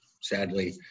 sadly